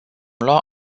lua